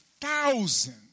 thousand